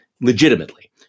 legitimately